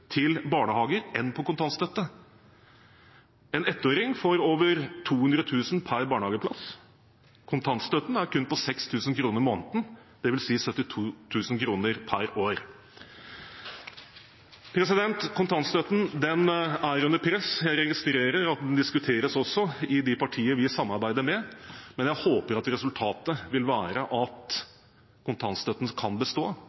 til barnehager enn på kontantstøtte. En ettåring får over 200 000 kr per barnehageplass – kontantstøtten er på kun 6 000 kr i måneden, dvs. 72 000 kr per år. Kontantstøtten er under press. Jeg registrerer at det også diskuteres i de partiene vi samarbeider med, men jeg håper at resultatet vil være at kontantstøtten kan bestå